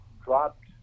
Dropped